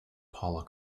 paula